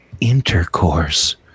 intercourse